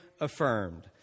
affirmed